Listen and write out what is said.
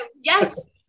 yes